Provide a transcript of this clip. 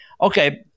okay